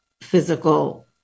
physical